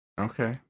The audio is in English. Okay